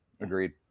Agreed